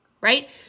right